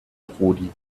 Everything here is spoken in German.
prodi